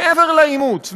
מעבר לאימוץ,